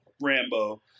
Rambo